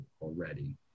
already